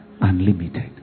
Unlimited